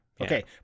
Okay